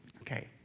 okay